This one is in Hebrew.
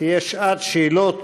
קסניה סבטלובה,